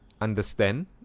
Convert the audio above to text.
understand